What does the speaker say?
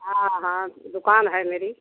हाँ हाँ दुकान है मेरी